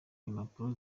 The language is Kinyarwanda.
impapuro